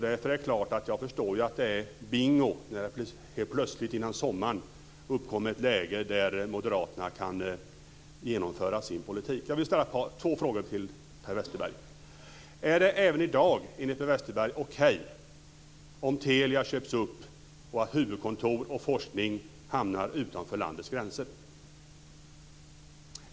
Därför förstår jag naturligtvis att det är bingo när det helt plötsligt innan sommaren uppkommer ett läge där moderaterna kan genomföra sin politik. Jag vill ställa två frågor till Per Westerberg. Är det även i dag, enligt Per Westerberg, okej om Telia köps upp och dess huvudkontor och forskning hamnar utanför landets gränser?